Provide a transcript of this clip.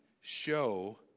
show